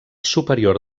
superior